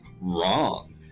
wrong